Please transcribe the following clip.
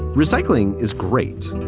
recycling is great,